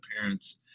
parents